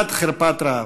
עד חרפת רעב.